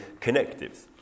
connectives